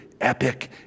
epic